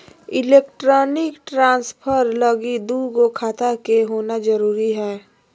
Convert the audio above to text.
electronic transfer लगी दू गो खाता के होना जरूरी हय